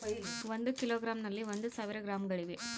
ಒಂದು ಕಿಲೋಗ್ರಾಂ ನಲ್ಲಿ ಒಂದು ಸಾವಿರ ಗ್ರಾಂಗಳಿವೆ